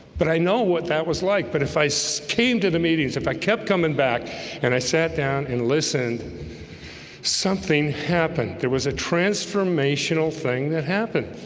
but i know what that was like but if i so came to the meetings if i kept coming back and i sat down and listened something happened. there was a transformational thing that happens